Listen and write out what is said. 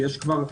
ולשנות,